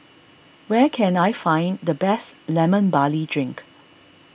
where can I find the best Lemon Barley Drink